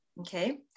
Okay